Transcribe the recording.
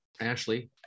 Ashley